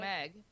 Meg